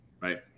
right